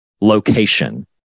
location